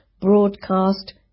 broadcast